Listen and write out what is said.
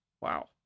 wow